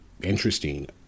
interesting